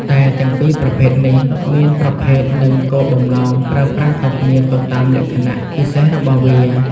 តែទាំងពីរប្រភេទនេះមានប្រភេទនិងគោលបំណងប្រើប្រាស់ខុសគ្នាទៅតាមលក្ខណៈពិសេសរបស់វា។